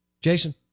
Jason